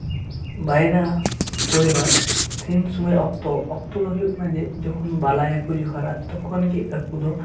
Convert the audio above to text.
ᱵᱟᱨᱭᱟ ᱯᱚᱨᱤᱵᱟᱨ ᱛᱤᱱᱥᱩᱢᱟᱹᱭ ᱚᱠᱛᱚ ᱚᱠᱛᱚ ᱫᱚ ᱦᱩᱭᱩᱜ ᱠᱟᱱᱟᱡᱮ ᱡᱚᱠᱷᱚᱱ ᱵᱟᱞᱟᱭᱟᱠᱚ ᱡᱚᱦᱟᱨᱟ ᱛᱚᱠᱷᱚᱱ ᱜᱮ ᱟᱠᱚᱫᱚ